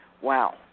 Wow